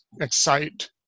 excite